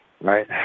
right